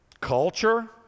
Culture